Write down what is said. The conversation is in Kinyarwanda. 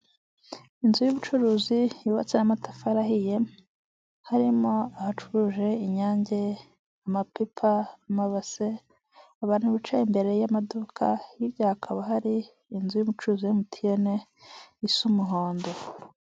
Inzu y'ubucuruzi yubatse yamatafari ahiye harimo ahacuruje inyange, amapipa, amabase abantu bicaye imbere y'amaduka hirya hakaba hari inzu y'umucuruzi wa emutiyene isa umuhondo.